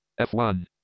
F1